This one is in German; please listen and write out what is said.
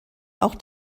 auch